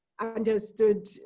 understood